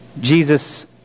Jesus